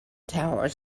tower